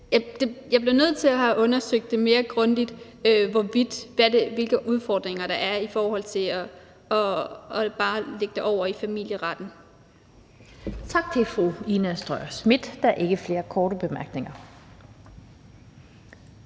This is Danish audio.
jeg bliver nødt til at have undersøgt det mere grundigt, med hensyn til hvilke udfordringer der er i forhold til bare at lægge det over i familieretten.